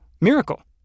miracle